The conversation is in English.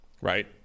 right